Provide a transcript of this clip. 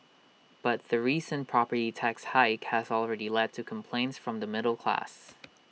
but the recent property tax hike has already led to complaints from the middle class